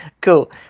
Cool